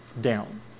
down